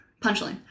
punchline